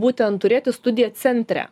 būtent turėti studiją centre